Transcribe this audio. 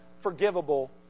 forgivable